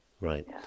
Right